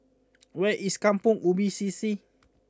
where is Kampong Ubi C C